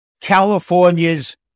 California's